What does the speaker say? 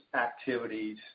activities